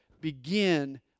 begin